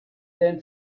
den